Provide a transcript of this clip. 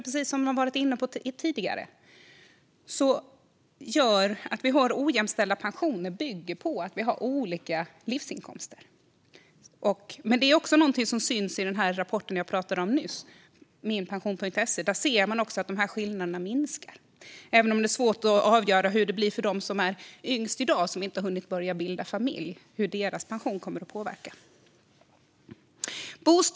Precis som tidigare talare har varit inne på bygger ojämställda pensioner på att vi har olika livsinkomster. Det är också något som syns i den rapport jag talade om nyss, från minpension.se. Där ser man också att skillnaderna minskar, även om det är svårt att avgöra hur det blir med pensionen för dem som är yngst i dag och inte har hunnit börja bilda familj än.